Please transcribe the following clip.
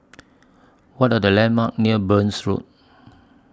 What Are The landmarks near Burns Road